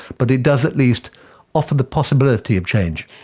but it does at least offer the possibility of change.